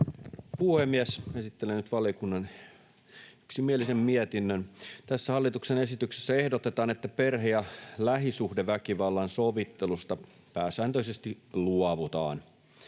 puhemies! Esittelen nyt valiokunnan yksimielisen mietinnön. Tässä hallituksen esityksessä ehdotetaan, että perhe- ja lähisuhdeväkivallan sovittelusta pääsääntöisesti luovutaan.